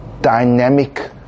dynamic